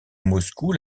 moscou